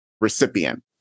recipient